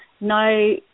no